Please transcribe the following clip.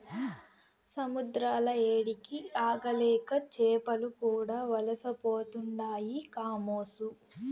సముద్రాల ఏడికి ఆగలేక చేపలు కూడా వలసపోతుండాయి కామోసు